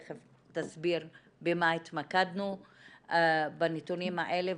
תיכף תסביר במה התמקדנו בנתונים האלה.